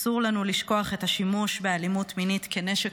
אסור לנו לשכוח את השימוש באלימות מינית כנשק